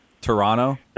Toronto